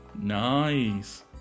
Nice